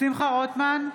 שמחה רוטמן,